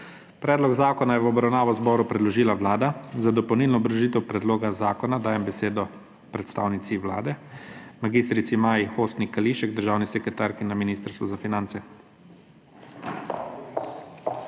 Predlog zakona je v obravnavo zboru predložila Vlada. Za dopolnilno obrazložitev predloga zakona dajem besedo predstavnici Vlade, državni sekretarki na Ministrstvu za finance